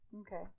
Okay